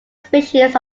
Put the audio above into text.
species